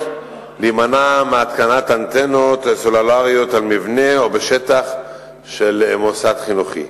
להימנע מהתקנת אנטנות סלולריות על מבנה או בשטח של מוסד חינוכי.